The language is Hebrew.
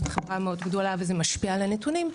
חברה מאוד גדולה וזה משפיע על הנתונים.